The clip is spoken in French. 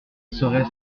serait